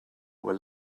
were